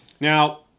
Now